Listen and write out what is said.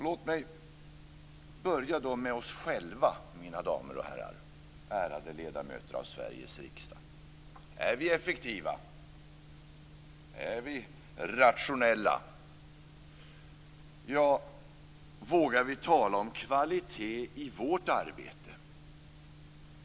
Låt mig börja med oss själva, mina damer och herrar, ärade ledamöter av Sveriges riksdag. Är vi effektiva? Är vi rationella? Vågar vi tala om kvalitet i vårt arbete?